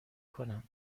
کنند